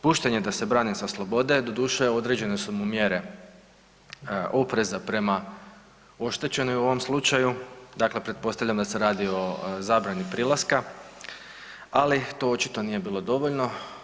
Pušten je da se brani sa slobode, doduše određene su mu mjere opreza prema oštećenoj u ovom slučaju, dakle pretpostavljam da se radi o zabrani prilaska, ali to očito nije bilo dovoljno.